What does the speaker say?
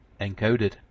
encoded